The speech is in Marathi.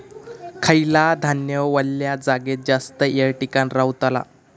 खयला धान्य वल्या जागेत जास्त येळ टिकान रवतला?